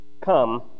come